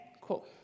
cool